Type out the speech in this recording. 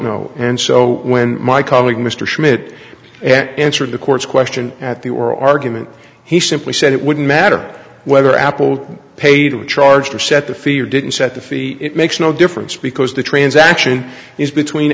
know and so when my colleague mr schmidt answered the court's question at the oral argument he simply said it wouldn't matter whether apple paid the charge or set the fee or didn't set the fee it makes no difference because the transaction is between